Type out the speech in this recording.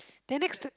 then next to